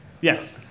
Yes